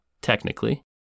technically